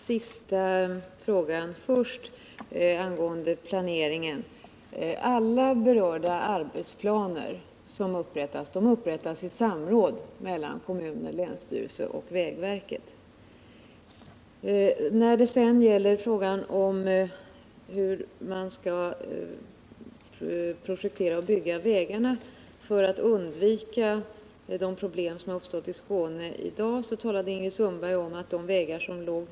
Herr talman! Låt mig besvara den sista frågan angående planeringen först. Alla berörda arbetsplaner upprättas i samråd mellan kommuner, länsstyrelse och vägverket. När det sedan gäller frågan om hur man skall projektera och bygga vägarna för att kunna undvika de problem som har uppstått i Skåne talade Ingrid Sundberg om att på högt belägna vägar hade snömassorna inte samlats lika mycket och länge som på andra vägar.